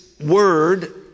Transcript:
word